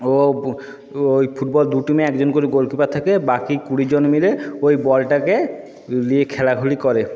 ও ওই ফুটবল দু টিমে একজন করে গোলকিপার থাকে বাকি কুড়িজন মিলে ওই বলটাকে নিয়ে খেলা খেলি করে